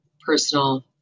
personal